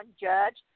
judge